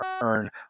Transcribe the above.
earn